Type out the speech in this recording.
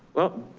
well,